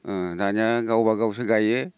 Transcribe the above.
अ दानिया गावबागावसो गायो